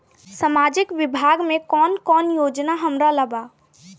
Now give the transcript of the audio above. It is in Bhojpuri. सामाजिक विभाग मे कौन कौन योजना हमरा ला बा?